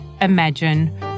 imagine